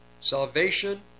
Salvation